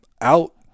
out